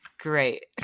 Great